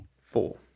Four